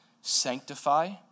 sanctify